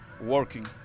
working